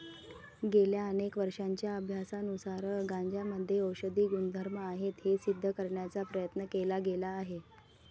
गेल्या अनेक वर्षांच्या अभ्यासानुसार गांजामध्ये औषधी गुणधर्म आहेत हे सिद्ध करण्याचा प्रयत्न केला गेला आहे